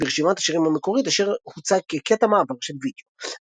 בעוד ברשימת השירים המקורית השיר הוצג כקטע מעבר של וידאו.